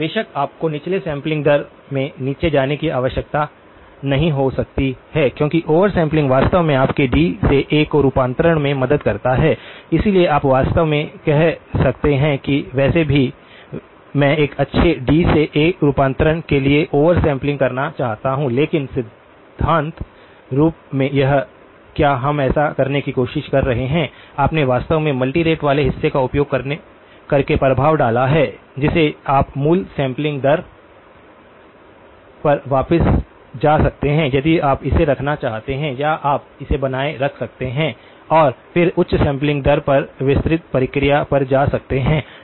बेशक आपको निचले सैंपलिंग दर में नीचे जाने की आवश्यकता नहीं हो सकती है क्योंकि ओवर सैंपलिंग वास्तव में आपके डी से ए को रूपांतरण में मदद करता है इसलिए आप वास्तव में कह सकते हैं कि वैसे भी मैं एक अच्छे डी से ए रूपांतरण के लिए ओवर सैंपलिंग करना चाहता हूं लेकिन सिद्धांत रूप में यह क्या हम ऐसा करने की कोशिश कर रहे हैं आपने वास्तव में मल्टी रेट वाले हिस्से का उपयोग करके प्रभाव डाला है जिसे आप मूल सैंपलिंग दर पर वापस जा सकते हैं यदि आप इसे रखना चाहते हैं या आप इसे बनाए रख सकते हैं और फिर उच्च सैंपलिंग दर पर विस्तृत प्रक्रिया पर जा सकते हैं